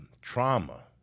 trauma